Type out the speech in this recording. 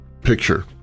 picture